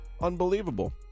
Unbelievable